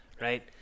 right